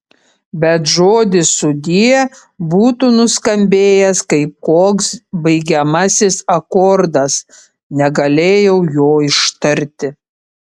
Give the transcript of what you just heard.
bet žodis sudie būtų nuskambėjęs kaip koks baigiamasis akordas negalėjau jo ištarti